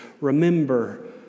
Remember